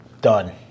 done